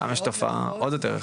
שמה יש תופעה עוד יותר רחבה.